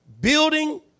Building